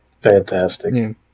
Fantastic